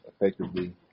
effectively